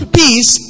peace